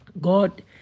God